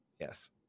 Yes